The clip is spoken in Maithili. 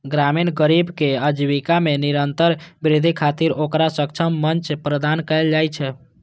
ग्रामीण गरीबक आजीविका मे निरंतर वृद्धि खातिर ओकरा सक्षम मंच प्रदान कैल जाइ छै